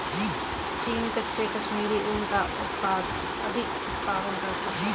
चीन कच्चे कश्मीरी ऊन का सबसे अधिक उत्पादन करता है